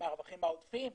מהרווחים העודפים,